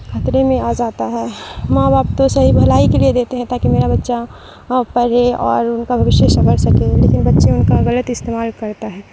کھطرے میں آ جاتا ہے ماں باپ تو صحیح بھلائی کے لیے دیتے ہیں تاکہ میرا بچہ پرھے اور ان کا بھوشیہ سنور سکے لیکن بچے ان کا گلط استعمال کرتا ہے